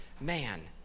man